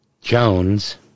Jones